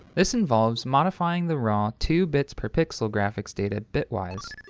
this involves modifying the raw two bits-per-pixel graphics data bitwise.